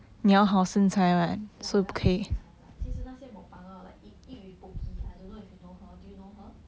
ya 我要好身材 lah 其实那些 mukbanger like eat eat with pokie I don't know if you know her do you know her